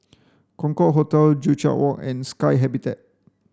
Concorde Hotel Joo Chiat Walk and Sky Habitat